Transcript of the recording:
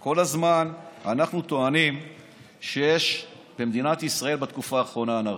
כל הזמן אנחנו טוענים שיש במדינת ישראל בתקופה האחרונה אנרכיה.